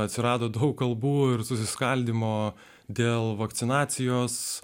atsirado daug kalbų ir susiskaldymo dėl vakcinacijos